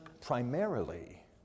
primarily